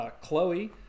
Chloe